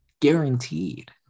Guaranteed